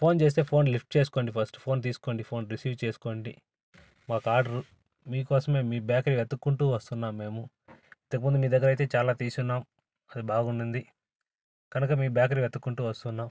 phone చేస్తే phone lift చేసుకోండి first phone తీసుకోండి ఫోన్ రిసీవ్ చేసుకోండి మాకు ఆర్డర్ మీకోసమే మీ బేకరీ వెతుకుంటు వస్తున్నాము మేము ఇంతకుముందు మీ దగ్గరైతే చాలా తీసున్నాం అది బాగుంది కనుక మీ బేకరిని వెతుకుంటు వస్తున్నాం